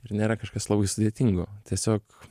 ir nėra kažkas labai sudėtingo tiesiog